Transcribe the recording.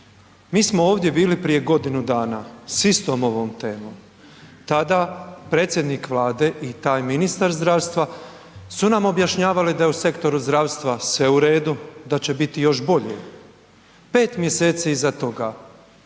Mi smo ovdje bili prije godinu dana s istom ovom temom, tada predsjednik Vlade i taj ministar zdravstva su nam objašnjavali da je u sektoru zdravstva sve u redu, da će biti još bolje. Pet mjeseci iza toga